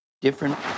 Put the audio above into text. different